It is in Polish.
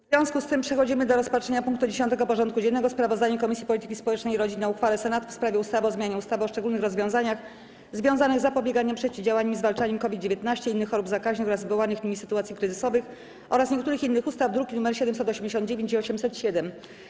Przystępujemy do rozpatrzenia punktu 10. porządku dziennego: Sprawozdanie Komisji Polityki Społecznej i Rodziny o uchwale Senatu w sprawie ustawy o zmianie ustawy o szczególnych rozwiązaniach związanych z zapobieganiem, przeciwdziałaniem i zwalczaniem COVID-19, innych chorób zakaźnych oraz wywołanych nimi sytuacji kryzysowych oraz niektórych innych ustaw (druki nr 789 i 807)